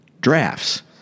Drafts